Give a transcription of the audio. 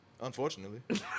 Unfortunately